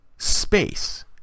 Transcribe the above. Space